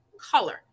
color